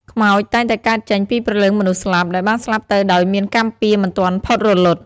ខ្មោចតែងតែកើតចេញពីព្រលឹងមនុស្សស្លាប់ដែលបានស្លាប់ទៅដោយមានកម្មពៀរមិនទាន់ផុតរលត់។